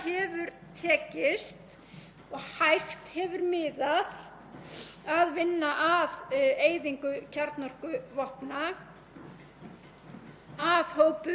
hópur ríkja að þeirri niðurstöðu að alþjóðasamfélagið yrði að ganga lengra og leiða í lög algjört bann við notkun